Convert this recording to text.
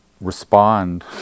respond